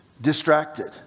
distracted